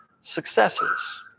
successes